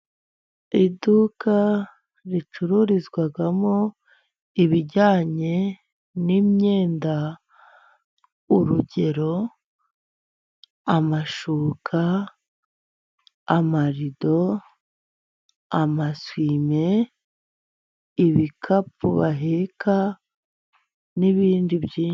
Iduka ricururizwamo ibijyanye n'imyenda, urugero: amashuka, amarido, amasuwime, ibikapu baheka, n'ibindi byinshi.